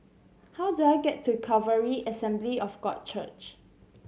how do I get to Calvary Assembly of God Church